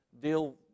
deal